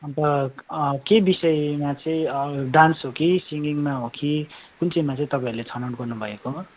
अनि त के विषयमा चाहिँ डान्स हो कि सिङ्गिङमा हो कि कुन चाहिँ मा चाहिँ तपाईँहरूले छनौट गर्नुभएको हो